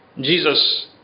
Jesus